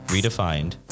Redefined